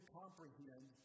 comprehend